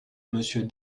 monsieur